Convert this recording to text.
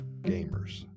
gamers